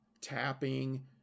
tapping